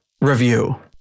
review